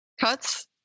Cuts